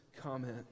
comment